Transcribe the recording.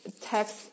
text